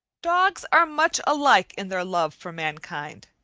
dogs are much alike in their love for mankind,